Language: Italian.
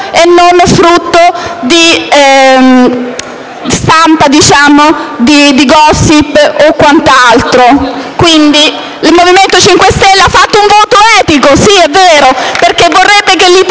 e non frutto di stampa, *gossip* o quant'altro. Il Movimento 5 Stelle ha fatto un voto etico, è vero, perché vorrebbe che l'Italia